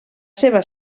seva